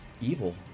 evil